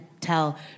tell